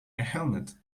helmet